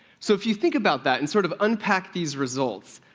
so if you think about that and sort of unpack these results,